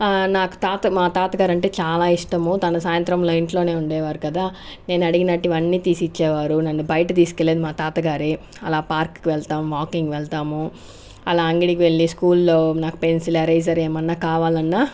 నాకు తాత మా తాతగారు అంటే చాలా ఇష్టము తాను సాయంత్రం ఇంట్లోనే ఉండేవారు కదా నేను అడిగినవన్నీ తీసిచ్చేవారు నన్ను బయట తీసుకెళ్ళేది మా తాత గారే అలా పార్క్కు వెళ్తాము వాకింగ్ వెళ్తాము అలా అంగిడికి వెళ్ళి స్కూల్లో నాకు పెన్సిల్ ఎరేజర్ ఏమన్నా కావాలన్నా